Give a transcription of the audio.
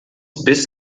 bis